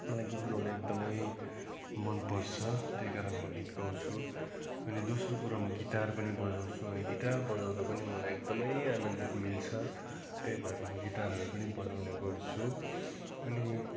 मलाई गीत गाउने एकदमै मनपर्छ त्यही कारण म गीत गाउँछु अनि दोस्रो कुरो म गिटार पनि बजाउँछु है गिटार बजाउँदा पनि मलाई एकदमै आनन्दित मिल्छ त्यही भएर म गिटारहरू पनि बजाउने गर्छु अनि